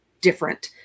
different